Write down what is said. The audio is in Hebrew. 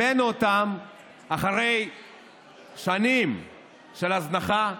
הבאנו אותם אחרי שנים של הזנחה,